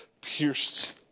pierced